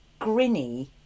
Grinny